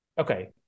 okay